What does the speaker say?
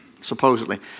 supposedly